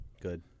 Good